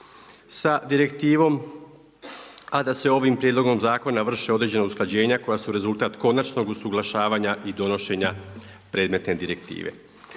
sa direktivom, a da se ovim prijedlogom zakona vrše određena usklađenja koja su rezultat konačnog usuglašavanja i donošenja predmetne direktive.